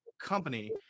company